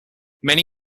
many